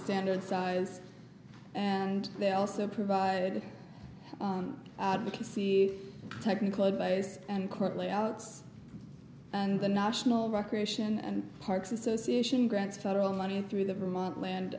standard size and they also provide advocacy technical advice and current layouts and the national recreation and parks association grants federal money through the vermont land